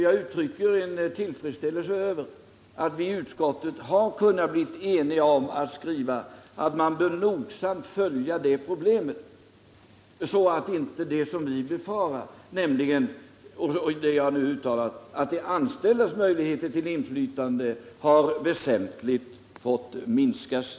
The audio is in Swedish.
Jag uttrycker min tillfredsställelse över att vi i utskottet kunnat bli eniga om att skriva att man nogsamt bör följa det problemet, så att det inte blir på det sättet, som jag uttalade en farhåga för, att de anställdas möjligheter till inflytande väsentligt minskar.